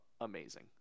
Amazing